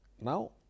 now